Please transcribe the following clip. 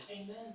Amen